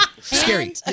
scary